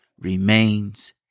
remains